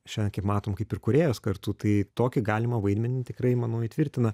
šiandien kaip matom kaip ir kūrėjos kartu tai tokį galimą vaidmenį tikrai manau įtvirtina